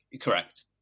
Correct